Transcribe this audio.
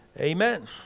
Amen